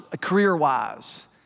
career-wise